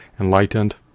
enlightened